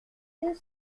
deux